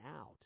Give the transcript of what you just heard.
out